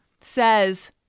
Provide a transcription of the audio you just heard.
says